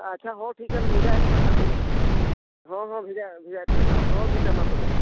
ᱟᱪᱪᱷᱟ ᱦᱚᱸ ᱴᱷᱤᱠ ᱜᱮᱭᱟ ᱦᱟᱸᱜ ᱞᱤᱧ ᱵᱷᱮᱡᱟᱭᱮᱜ ᱠᱚᱣᱟ ᱦᱟᱸᱜ ᱦᱮᱸ ᱦᱮᱸ ᱵᱷᱮᱡᱟ ᱵᱷᱮᱡᱟᱭᱮᱜ ᱠᱚᱣᱟᱞᱤᱧ ᱦᱟᱸᱜ ᱦᱮᱸ ᱴᱷᱤᱠ ᱜᱮᱭᱟ ᱢᱟ ᱛᱚᱵᱮ